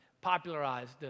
popularized